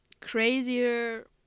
crazier